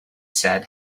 said